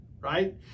right